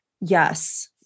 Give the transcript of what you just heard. Yes